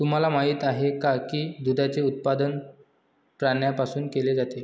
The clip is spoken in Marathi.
तुम्हाला माहित आहे का की दुधाचे उत्पादन प्राण्यांपासून केले जाते?